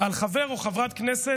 על חבר או חברת כנסת,